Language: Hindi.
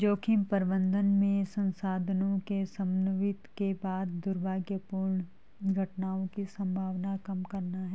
जोखिम प्रबंधन में संसाधनों के समन्वित के बाद दुर्भाग्यपूर्ण घटनाओं की संभावना कम करना है